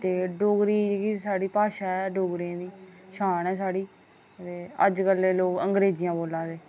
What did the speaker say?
ते डोगरी साढ़ी भाशा ऐ शान ऐ साढ़ी ते अज्ज कल्लै दे लोग अंग्रेजियां बोलै दे